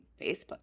Facebook